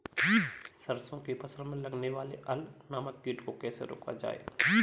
सरसों की फसल में लगने वाले अल नामक कीट को कैसे रोका जाए?